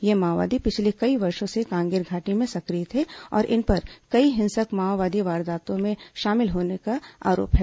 ये माओवादी पिछले कई वर्षों से कांगेर घाटी में सक्रिय थे और इन पर कई हिंसक माओवादी वारदातों में शामिल रहने का आरोप है